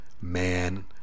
man